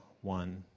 one